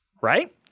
right